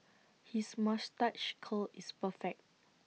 his moustache curl is perfect